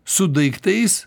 su daiktais